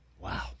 Wow